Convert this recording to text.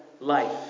Life